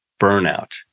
burnout